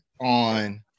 on